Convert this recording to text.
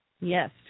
yes